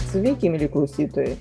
sveiki mieli klausytojai